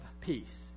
peace